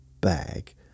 bag